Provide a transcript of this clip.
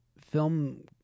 film